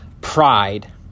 pride